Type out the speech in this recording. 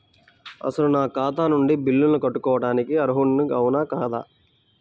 అసలు నా ఖాతా నుండి బిల్లులను కట్టుకోవటానికి అర్హుడని అవునా కాదా?